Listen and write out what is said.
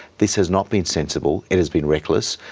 this has not been sensible. it has been reckless.